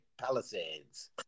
Palisades